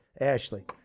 Ashley